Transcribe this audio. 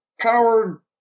powered